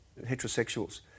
heterosexuals